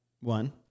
one